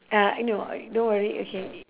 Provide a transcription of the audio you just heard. uh I know I don't worry okay